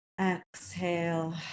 exhale